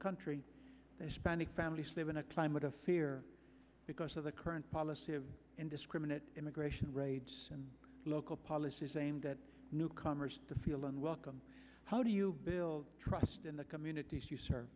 country they're spending families live in a climate of fear because of the current policy of indiscriminate immigration raids and local policies aimed at newcomers to feel unwelcome how do you build trust in the communities you sir